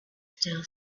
still